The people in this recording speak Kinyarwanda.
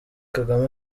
kagame